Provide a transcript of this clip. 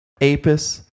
Apis